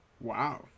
Wow